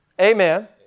Amen